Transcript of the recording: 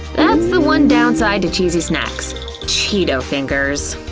that's the one downside to cheesy sacks cheeto fingers.